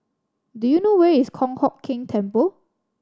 do you know where is Kong Hock Keng Temple